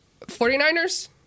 49ers